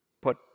put